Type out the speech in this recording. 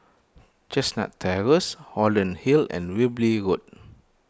Chestnut Terrace Holland Hill and Wilby Road